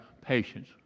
patience